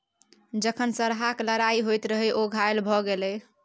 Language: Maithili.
जखन सरहाक लड़ाइ होइत रहय ओ घायल भए गेलै